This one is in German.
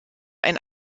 ein